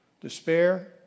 despair